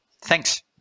Thanks